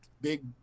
big